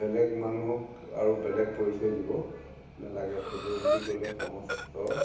বেলেগ মানুহক আৰু বেলেগ পৰিচয় দিব নেলাগে পেলে বুলি ক'লে সমস্ত